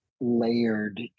layered